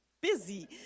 busy